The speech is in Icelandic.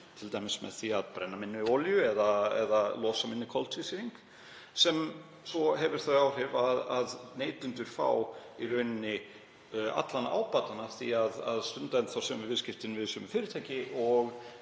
t.d. með því að brenna minni olíu eða losa minni koltvísýring. Það hefur svo þau áhrif að neytendur fá í rauninni allan ábatann af því að stunda enn þá sömu viðskiptin við sömu fyrirtæki